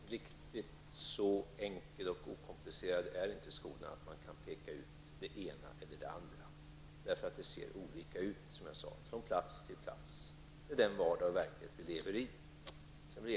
Herr talman! Skolan är inte riktigt så enkel och okomplicerad att man kan peka ut det ena eller det andra. Den vardag och verklighet vi lever i ser nämligen, som jag sade, olika ut från plats till plats.